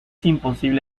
imposible